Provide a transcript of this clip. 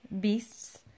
beasts